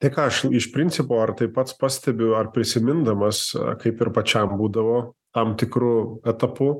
tai ką aš iš principo ar tai pats pastebiu ar prisimindamas kaip ir pačiam būdavo tam tikru etapu